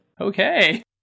Okay